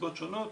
מסיבות שונות,